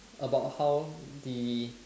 about how the